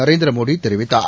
நரேந்திர மோடி தெரிவித்தார்